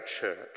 church